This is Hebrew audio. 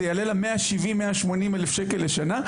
זה יעלה לה 170,000-180,000 שקל לשנה,